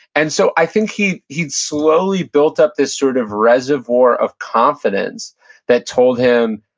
and so i think he'd he'd slowly built up this sort of reservoir of confidence that told him,